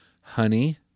Honey